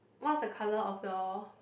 what's the colour of your